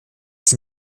die